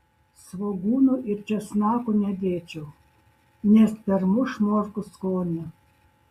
svogūnų ir česnakų nedėčiau nes permuš morkų skonį